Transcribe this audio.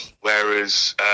Whereas